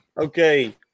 Okay